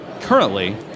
currently